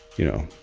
you know,